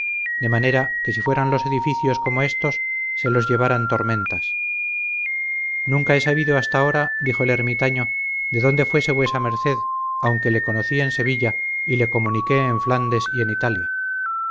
de manera que si fueran los edificios como estos se los levaran tormentas nunca he sabido hasta ahora dijo el ermitaño de dónde fuese vuesa merced aunque le conocí en sevilla y le comuniqué en flandes y en italia